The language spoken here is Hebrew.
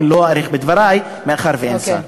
אני לא אאריך בדברי מאחר שאין שר.